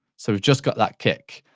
sort of just got that kick,